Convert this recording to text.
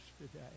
today